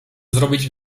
zrobić